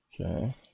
okay